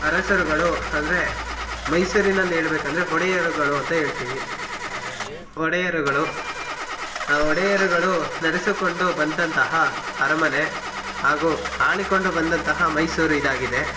ಅರಸರುಗಳು ಅಂದರೆ ಮೈಸೂರಿನಲ್ಲಿ ಹೇಳ್ಬೇಕಂದ್ರೆ ಒಡೆಯರುಗಳು ಅಂತ ಹೇಳ್ತೀವಿ ಒಡೆಯರುಗಳು ಆ ಒಡೆಯರುಗಳು ನಡೆಸಿಕೊಂಡು ಬಂದಂತಹ ಅರಮನೆ ಹಾಗೂ ಆಳಿಕೊಂಡು ಬಂದಂತಹ ಮೈಸೂರು ಇದಾಗಿದೆ